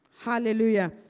Hallelujah